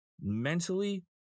mentally